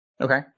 Okay